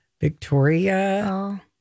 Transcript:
Victoria